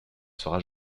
sera